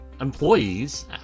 employees